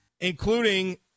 including